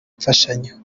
mfashanyo